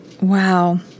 Wow